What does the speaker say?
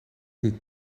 niet